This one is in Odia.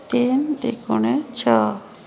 ତିନି ଦି ଗୁଣେ ଛଅ